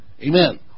amen